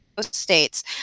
States